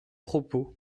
propos